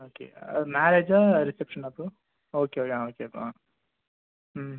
okay மேரேஜா ரிசப்ஷனா bro okay ஆ ஓகே ப்ரோ ஆ ம்